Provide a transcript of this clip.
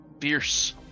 fierce